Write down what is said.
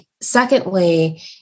Secondly